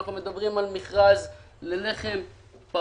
אנחנו מדברים על מכרז ללחם פרוס